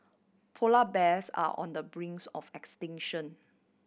polar bears are on the brinks of extinction